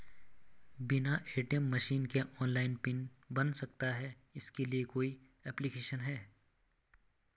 बिना ATM machine के online ATM pin बन सकता है इसके लिए कोई ऐप्लिकेशन है?